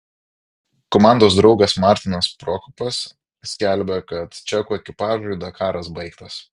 komandos draugas martinas prokopas skelbia kad čekų ekipažui dakaras baigtas